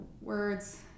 words